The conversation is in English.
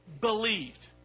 Believed